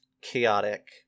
chaotic